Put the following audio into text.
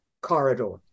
Corridor